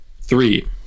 Three